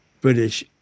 British